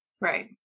Right